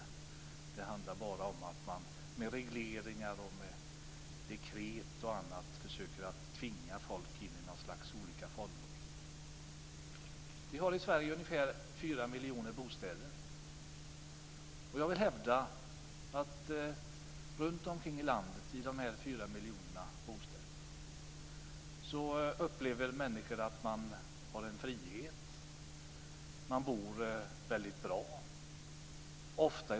Det handlar bara om att man med regleringar, dekret och annat försöker tvinga folk in i olika fållor. Vi har i Sverige ungefär fyra miljoner bostäder. Jag vill hävda att människor runtomkring i landet, i dessa fyra miljoner bostäder, upplever att de har en frihet. De bor väldigt bra.